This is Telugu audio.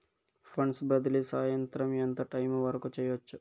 ఫండ్స్ బదిలీ సాయంత్రం ఎంత టైము వరకు చేయొచ్చు